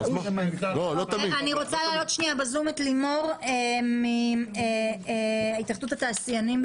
אני רוצה להעלות ב-זום את לימור מהתאחדות התעשיינים.